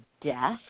death